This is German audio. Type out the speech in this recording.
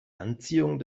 anziehung